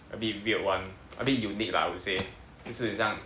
a bit weird [one] a bit unique lah I would say 就是很像